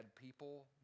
people